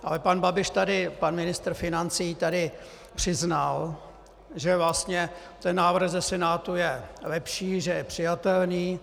Ale pan Babiš, pan ministr financí, tady přiznal, že vlastně ten návrh ze Senátu je lepší, že je přijatelný.